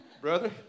Brother